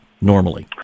normally